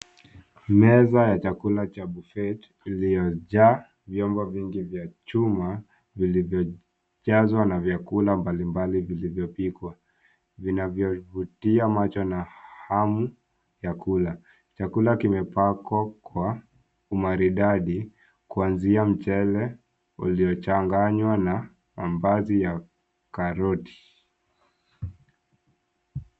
Meza ya chakula cha buffet iliyo jaa vyombo vingi vya chuma, vilvyojazwa na vyakula mbalimbali zilizopikwa. Vinavyovutia macho na hamu ya kula. Chakula kimepakwa umaridadi, kuanzia mchele uliochanganywa na mbadi ya karoti.